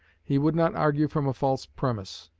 he would not argue from a false premise,